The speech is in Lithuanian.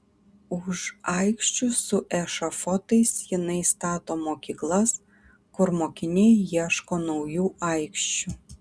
už aikščių su ešafotais jinai stato mokyklas kur mokiniai ieško naujų aikščių